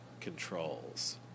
controls